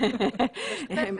משותפת.